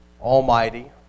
almighty